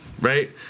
right